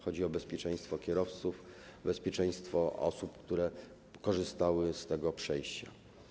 Chodzi o bezpieczeństwo kierowców, bezpieczeństwo osób, które korzystały z tego przejścia.